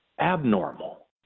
abnormal